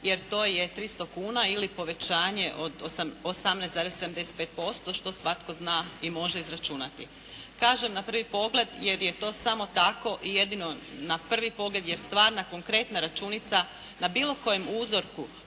jer to je 300 kuna ili povećanje od 18,75% što svatko zna i može izračunati. Kažem na prvi pogled jer je to samo tako i jedino na prvi pogled je stvarna konkretna računica, na bilo kojem uzorku